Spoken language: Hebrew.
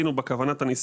שירותי רווחה מותאמים.